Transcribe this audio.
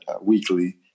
weekly